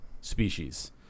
species